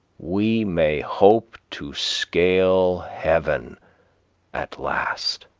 we may hope to scale heaven at last.